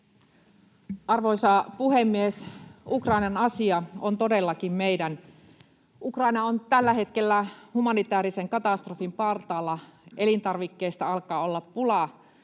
Arvoisa puhemies! Ukrainan asia on todellakin meidän. Ukraina on tällä hetkellä humanitäärisen katastrofin partaalla, elintarvikkeista alkaa olla pulaa,